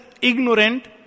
ignorant